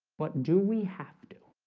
but do we have to